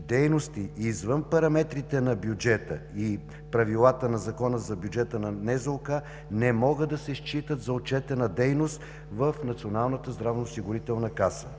Дейности, извън параметрите на бюджета и правилата на Закона за бюджета на НЗОК, не могат да се считат за отчетена дейност в Националната здравноосигурителна каса.